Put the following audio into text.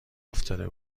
افتاده